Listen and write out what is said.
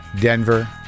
Denver